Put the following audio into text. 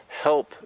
help